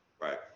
Right